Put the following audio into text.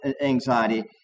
anxiety